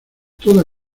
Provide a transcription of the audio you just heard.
todas